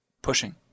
pushing